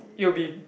it'll be